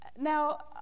Now